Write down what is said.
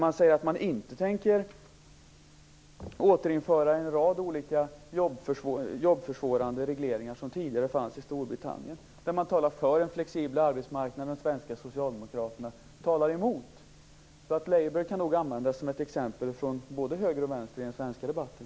Man säger att man inte tänker återinföra en rad olika jobbförsvårande regleringar som tidigare fanns i Storbritannien. Man talar för en flexibel arbetsmarknad när de svenska socialdemokraterna talar emot. Därför kan nog Labour användas som ett exempel från både höger och vänster i den svenska debatten.